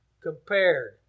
compared